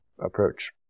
approach